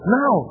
now